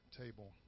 table